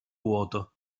vuoto